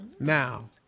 Now